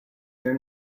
their